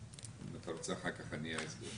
אם אתה רוצה אחר כך אני אסביר.